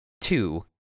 two